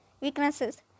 Weaknesses